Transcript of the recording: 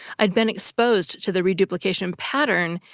i'd been exposed to the reduplication pattern,